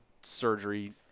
surgery